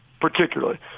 particularly